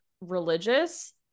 religious